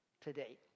today